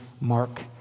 Mark